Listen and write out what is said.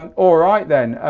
and all right then,